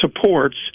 supports